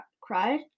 cried